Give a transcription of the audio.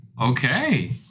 okay